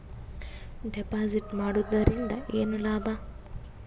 Deposit ಮಾಡುದರಿಂದ ಏನು ಲಾಭ?